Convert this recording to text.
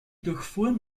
durchfuhren